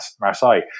Marseille